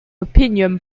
opinion